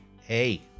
Hey